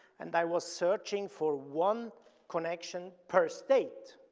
and i was searching for one connection per state,